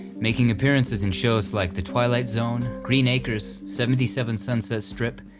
making appearances in shows like the twilight zone, green acres, seventy seven sunset strip,